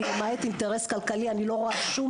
כי למעט אינטרס כלכלי אני לא רואה שום